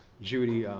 judy.